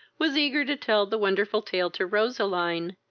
was eager to tell the wonderful tale to roseline,